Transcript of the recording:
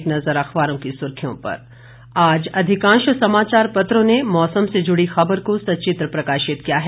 एक नज़र अखबारों की सुर्खियों पर आज अधिकांश समाचार पत्रों ने मौसम से जुड़ी खबर को सचित्र प्रकाशित किया है